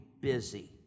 busy